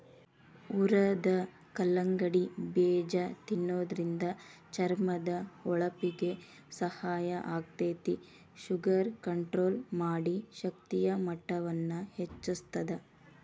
ಹುರದ ಕಲ್ಲಂಗಡಿ ಬೇಜ ತಿನ್ನೋದ್ರಿಂದ ಚರ್ಮದ ಹೊಳಪಿಗೆ ಸಹಾಯ ಆಗ್ತೇತಿ, ಶುಗರ್ ಕಂಟ್ರೋಲ್ ಮಾಡಿ, ಶಕ್ತಿಯ ಮಟ್ಟವನ್ನ ಹೆಚ್ಚಸ್ತದ